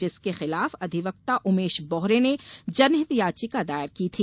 जिसके खिलाफ अधिवक्ता उमेश बौहरे ने जनहित याचिका दायर की थी